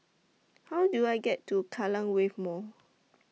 How Do I get to Kallang Wave Mall